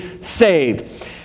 saved